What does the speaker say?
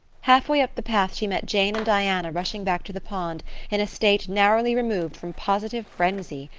halfway up the path she met jane and diana rushing back to the pond in a state narrowly removed from positive frenzy.